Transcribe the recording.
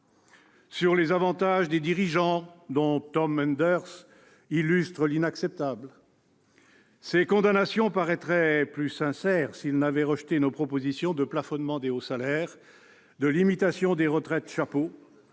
sur les avantages des dirigeants, dont Tom Enders illustre le caractère inacceptable. Ces condamnations paraîtraient plus sincères s'il n'avait rejeté nos propositions de plafonnement des hauts salaires, de limitation des retraites chapeau